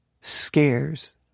scares